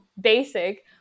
basic